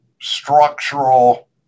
structural